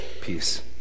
peace